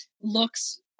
looks